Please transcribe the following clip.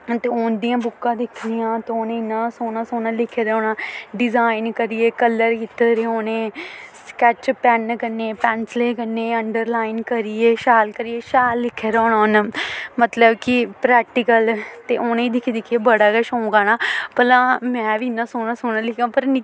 ते उं'दियां बुक्कां दिखनियां ते उ'नें इन्ना सोह्ना सोह्ना लिखे दा होना डिजाइन करियै कलर कीते दे होने स्कैच पैन्न कन्नै पैंसलें कन्नै अंडरलाइन करियै शैल करियै शैल लिखे दा होना उ'नें मतलब कि प्रैक्टिकल ते उ'नें गी दिक्खी दिक्खियै बड़ा गै शौक औना भला में बी इन्ना सोह्ना सोह्ना लिखां पर निक्की होंदी